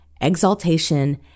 Exaltation